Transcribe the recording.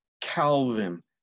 Calvin